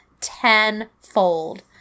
tenfold